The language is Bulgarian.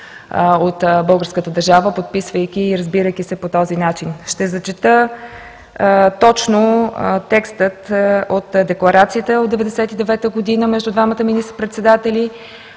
от българската държава, подписвайки и разбирайки се по този начин. Ще зачета точно текста от Декларацията от 1999 г. между двамата министър-председатели.